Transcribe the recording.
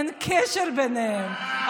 אין קשר ביניהן,